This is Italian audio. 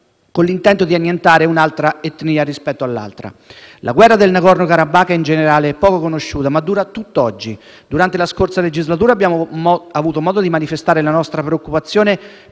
con l'intento di annientare un'etnia rispetto a un'altra. La guerra del Nagorno Karabakh è in generale poco conosciuta, ma dura tutt'oggi. Durante la scorsa legislatura abbiamo avuto modo di manifestare la nostra preoccupazione